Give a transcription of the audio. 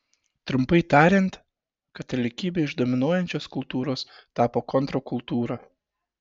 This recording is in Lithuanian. trumpai tariant katalikybė iš dominuojančios kultūros tapo kontrkultūra